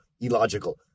illogical